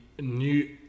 new